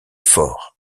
fort